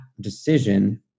decision